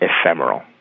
ephemeral